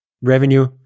revenue